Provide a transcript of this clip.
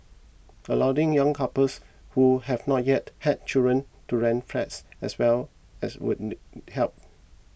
allowing young couples who have not yet had children to rent flats as well as would help